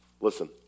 listen